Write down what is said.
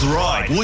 right